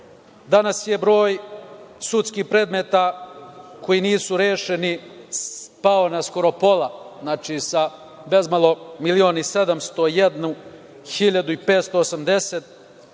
polju. Danas je broj sudskih predmeta koji nisu rešeni pao na skoro pola, znači sa bezmalo 1.701.580